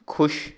ਖੁਸ਼